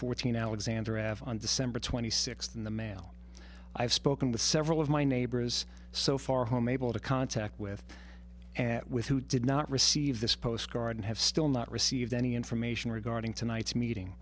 fourteen alexander avenue december twenty sixth in the mail i've spoken with several of my neighbors so far home able to contact with at with who did not receive this postcard and have still not received any information regarding tonight's meeting